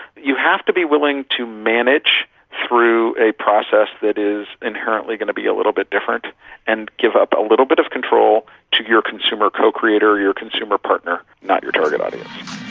you have to be willing to manage through a process that is inherently going to be a little bit different and give up a little bit of control to your consumer co-creator or your consumer partner, not your target audience.